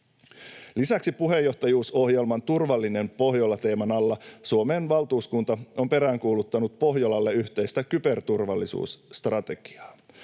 Lisäksi puheenjohtajuusohjelman turvallinen Pohjola ‑teeman alla Suomen valtuuskunta on peräänkuuluttanut Pohjolalle yhteistä kyberturvallisuusstrategiaa.